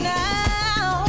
now